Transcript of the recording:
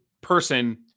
person